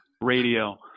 radio